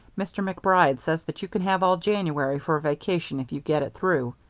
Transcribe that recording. mr. macbride says that you can have all january for a vacation if you get it through.